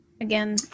again